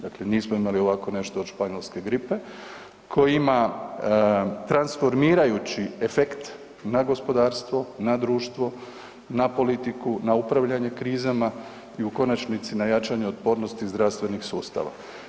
Dakle nismo imali nešto ovako od Španjolske gripe koji ima transformirajući efekt na gospodarstvo, na društvo, na politiku, na upravljanje krizama i u konačnici na jačanje otpornosti zdravstvenih sustava.